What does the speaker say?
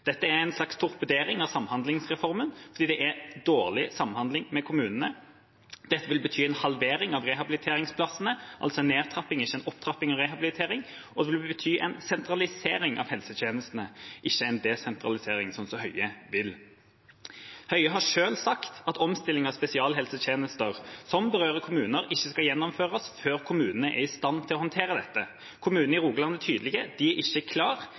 Dette er en slags torpedering av samhandlingsreformen, det er dårlig samhandling med kommunene. Dette vil bety en halvering av rehabiliteringsplassene, altså en nedtrapping og ikke en opptrapping av rehabilitering, og det vil bety en sentralisering av helsetjenestene, ikke en desentralisering, slik som Høie vil ha. Statsråd Høie har selv sagt at omstilling av spesialisthelsetjenester som berører kommuner, ikke skal gjennomføres før kommunene er i stand til å håndtere dette. Kommunene i Rogaland er tydelige: De er ikke